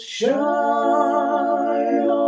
shine